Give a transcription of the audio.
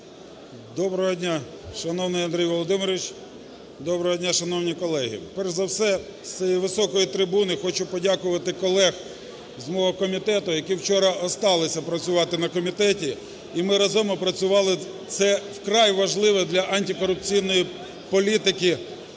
Доброго дня, шановний Андрій Володимирович, доброго дня, шановні колеги. Перш за все з цієї високої трибуни хочу подякувати колегам з мого комітету, які вчора осталися працювати на комітеті, і ми разом опрацювали це вкрай важливе для антикорупційної політики